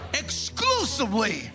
exclusively